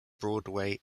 broadway